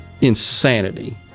insanity